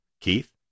Keith